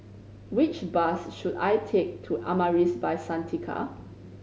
which bus should I take to Amaris By Santika